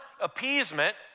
appeasement